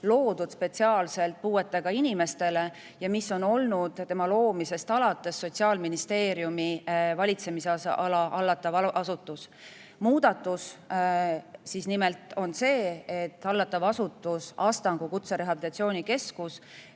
loodud spetsiaalselt puuetega inimestele ja mis on olnud loomisest alates Sotsiaalministeeriumi valitsemisala hallatav asutus. Muudatus on see, et Astangu Kutserehabilitatsiooni Keskus